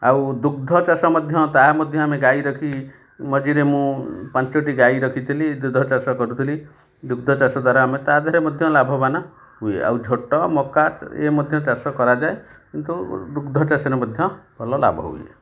ଆଉ ଦୁଗ୍ଧ ଚାଷ ମଧ୍ୟ ତାହା ମଧ୍ୟ ଆମେ ଗାଈ ରଖି ମଝିରେ ମୁଁ ପାଞ୍ଚଟି ଗାଈ ରଖିଥିଲି ଦୁଗ୍ଧ ଚାଷ କରୁଥିଲି ଦୁଗ୍ଧ ଚାଷ ଦ୍ୱାରା ଆମେ ତା ଦେହରେ ମଧ୍ୟ ଲାଭବାନ୍ ହୁଏ ଆଉ ଝୋଟ ମକା ଏ ମଧ୍ୟ ଚାଷ କରାଯାଏ କିନ୍ତୁ ଦୁଗ୍ଧ ଚାଷରେ ମଧ୍ୟ ଭଲ ଲାଭ ହୁଏ